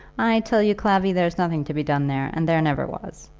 i tell you, clavvy, there's nothing to be done there, and there never was.